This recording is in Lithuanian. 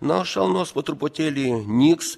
na o šalnos po truputėlį nyks